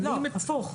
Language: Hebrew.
הפוך.